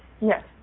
Yes